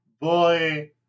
boy